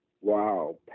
wow